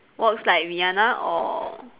walks like Rihanna or